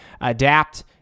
adapt